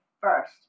first